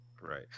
Right